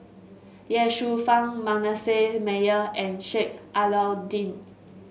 Ye Shufang Manasseh Meyer and Sheik Alau'ddin